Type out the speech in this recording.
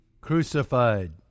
crucified